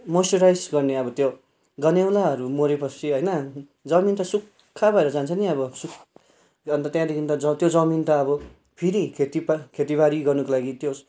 moisturise गर्ने अब त्यो गनेउलाहरू मरे पछि होइन जमिन चाहिँ सुक्खा भएर जान्छ नि अब सुक् अन्त त्यहाँदेखि त त्यो जमिन त अब फेरि खेतीपाती खेतीबारी गर्नुको लागि त्यो